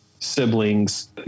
siblings